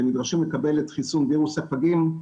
שנדרשים לקבל את חיסון וירוס הפגים,